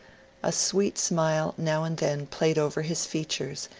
a sweet smile now and then played over his fea tures,